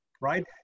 right